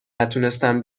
نتونستم